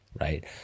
right